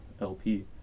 LP